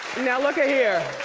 now look here.